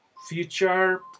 Future